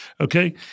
okay